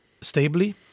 stably